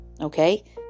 Okay